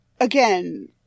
again